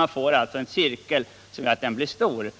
Man får alltså en cirkel som gör att maskinen blir stor.